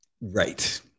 Right